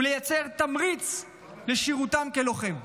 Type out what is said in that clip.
ולייצר תמריץ לשירותם כלוחם.